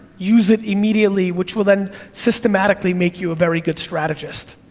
use it immediately, which will then systematically make you a very good strategist.